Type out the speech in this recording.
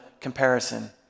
comparison